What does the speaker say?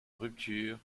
rupture